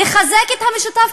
לחזק את המשותף,